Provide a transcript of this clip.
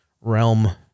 realm